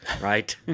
right